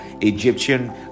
Egyptian